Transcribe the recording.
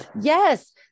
Yes